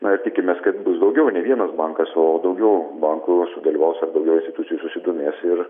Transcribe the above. na ir tikimės kad bus daugiau ne vienas bankas o daugiau bankų sudalyvaus ar daugiau institucijų susidomės ir